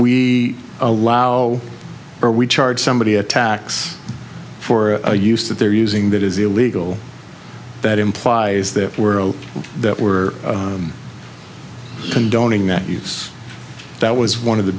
we allow or we charge somebody attacks for a use that they're using that is illegal that implies that we're that we're condoning that use that was one of the